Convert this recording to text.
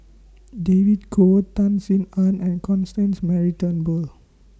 David Kwo Tan Sin Aun and Constance Mary Turnbull